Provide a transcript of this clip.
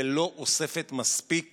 ולא אוספת מספיק